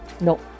No